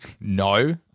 No